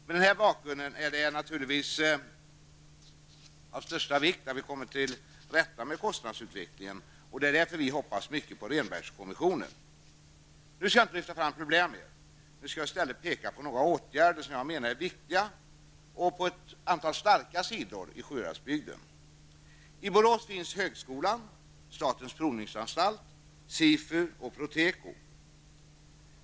Mot denna bakgrund är det naturligtvis av största vikt att vi kommer till rätta med kostnadsutvecklingen. Det är därför vi hoppas mycket på Nu skall jag inte lyfta fram problemen mer, nu skall jag i stället peka på några åtgärder som jag menar är viktiga och på ett antal starka sidor i SIFU och Proteko.